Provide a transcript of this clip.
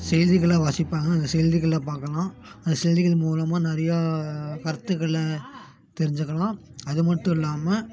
செய்திகள்லாம் வாசிப்பாங்க அந்த செய்திகள்லாம் பார்க்கலாம் அந்த செய்திகள் மூலமாக நிறைய கருத்துக்களை தெரிஞ்சிக்கலாம் அது மட்டும் இல்லாமல்